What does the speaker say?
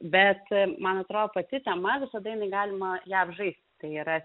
bet man atro pati tema visada jinai galima ją apžaist tai yra